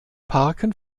parken